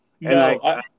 No